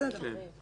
בסדר.